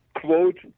quote